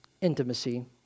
intimacy